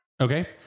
okay